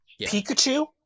Pikachu